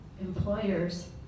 employers